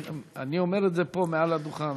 אני אומר את זה פה מעל לדוכן,